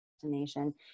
destination